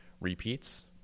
repeats